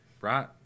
right